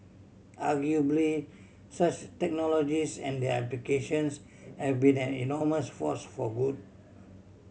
arguably such technologies and their applications have been an enormous force for good